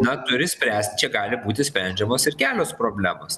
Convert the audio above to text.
na turi spręst čia gali būti sprendžiamos ir kelios problemos